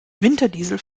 winterdiesel